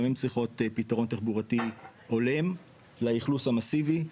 גם הן צריכות פתרון תחבורתי הולם לאכלוס המסיבי.